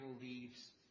leaves